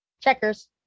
Checkers